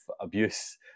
abuse